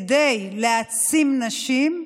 כדי להעצים נשים,